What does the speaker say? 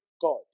God